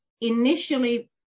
initially